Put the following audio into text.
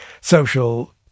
social